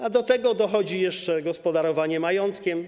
A do tego dochodzi jeszcze gospodarowanie majątkiem.